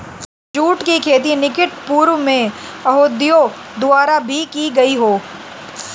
जुट की खेती निकट पूर्व में यहूदियों द्वारा भी की गई हो